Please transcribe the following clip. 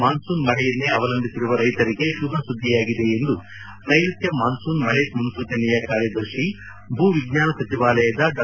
monsoon ಮಳೆಯನ್ನೇ ಅವಲಂಬಿಸಿರುವ ರೈತರಿಗೆ ಶುಭಸುದ್ದಿಯಾಗಿದೆ ಎಂದು ನೈಋತ್ನ ಮಾನ್ಸೂನ್ ಮಳೆ ಮುನ್ನೂಚನೆಯ ಕಾರ್ಯದರ್ಶಿ ಭೂ ವಿಜ್ವಾನ ಸಚಿವಾಲಯದ ಡಾ